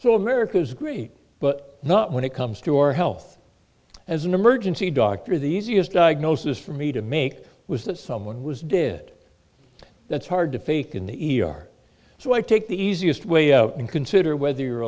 so america's great but not when it comes to our health as an emergency doctor the easiest diagnosis for me to make was that someone was dead that's hard to fake an e r so i take the easiest way out and consider whether you're